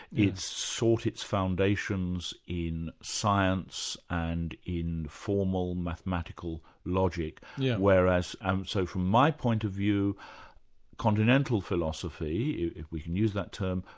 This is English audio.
it's sought its foundations in science and in formal mathematical logic yeah whereas um so from my point of view continental philosophy, if we can use that term,